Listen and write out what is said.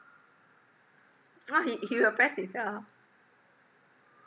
!huh! he he will press himself ah